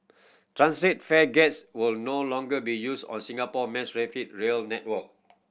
turnstile fare gates will no longer be used on Singapore mass rapid rail network